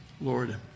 Lord